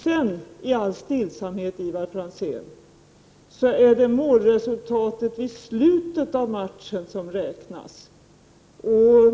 Sedan vill jag i all stillsamhet påpeka för Ivar Franzén att det är målresultatet i slutet av matchen som räknas.